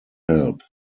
help